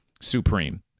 supreme